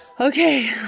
Okay